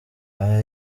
aya